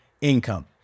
income